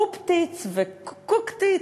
פופטיץ וקוקטיץ,